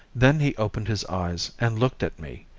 then he opened his eyes and looked at me,